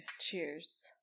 Cheers